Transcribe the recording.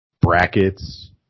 brackets